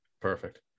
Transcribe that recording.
perfect